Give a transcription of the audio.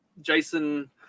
Jason